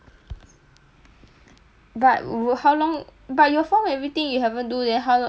but w~ how long but your form everything you haven't do then how w~ when does it get approved sia